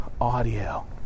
audio